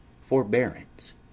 forbearance